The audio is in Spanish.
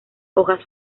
hojas